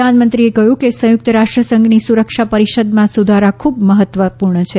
પ્રધાનમંત્રીએ કહ્યું કે સંયુક્ત રાષ્ટ્રસંઘની સુરક્ષા પરિષદમાં સુધારા ખૂબ મહત્વપૂર્ણ છે